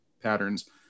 patterns